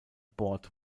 bord